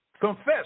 Confess